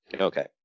Okay